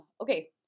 okay